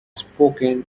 spoken